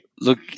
Look